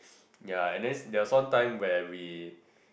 ya and then there was one time where we